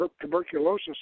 tuberculosis